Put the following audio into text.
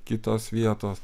kitos vietos